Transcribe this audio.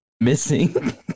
Missing